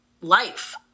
life